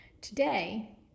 Today